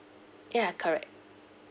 ya correct